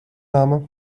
name